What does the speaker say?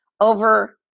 over